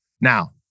Now